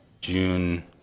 June